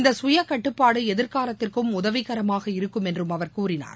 இந்த சுய கட்டுப்பாடு எதிர்காலத்திற்கும் உதவிகரமாக இருக்கும் என்றும் அவர் கூறினார்